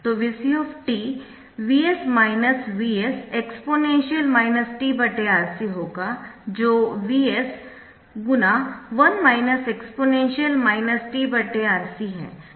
तो Vc Vs Vs exp t RC होगा जो Vs1 exp t R c है